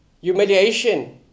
humiliation